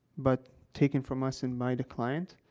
but taken from us and, by the client,